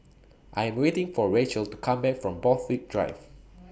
I Am waiting For Racheal to Come Back from Borthwick Drive